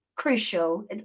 crucial